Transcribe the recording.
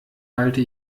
halte